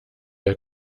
der